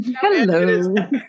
Hello